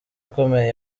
akomeye